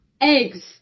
Eggs